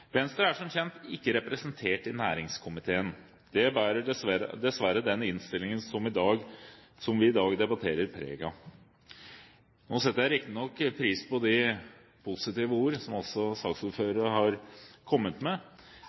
Venstre er som kjent ikke representert i næringskomiteen. Det bærer dessverre den innstillingen som vi i dag debatterer, preg av. Nå setter jeg riktignok pris på de positive ord som saksordføreren har kommet med.